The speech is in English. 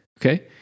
okay